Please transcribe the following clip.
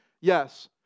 Yes